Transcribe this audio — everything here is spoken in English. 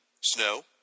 snow